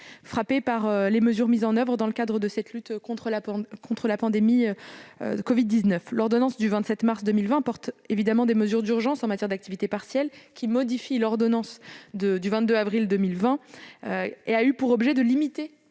frappés par les mesures mises en oeuvre dans le cadre de la lutte contre la pandémie de covid-19. L'ordonnance du 27 mars 2020 portant mesures d'urgence en matière d'activité partielle, modifiée par l'ordonnance du 22 avril 2020, a eu pour objet de limiter